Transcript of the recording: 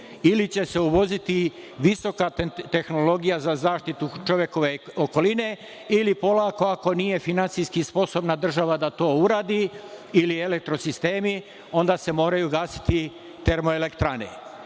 ili će se uvoziti visoka tehnologija za zaštitu čovekove okoline ili polako, ako nije finansijski sposobna država da to uradi, elektrosistemi, onda se moraju gasiti termoelektrane. Vidite